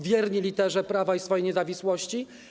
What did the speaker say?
Wierni literze prawa i swojej niezawisłości?